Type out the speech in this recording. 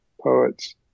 poets